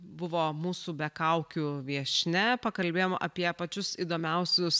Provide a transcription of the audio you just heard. buvo mūsų be kaukių viešnia pakalbėjom apie pačius įdomiausius